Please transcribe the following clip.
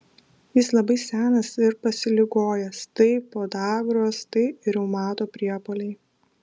jis labai senas ir pasiligojęs tai podagros tai reumato priepuoliai